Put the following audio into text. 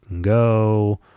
go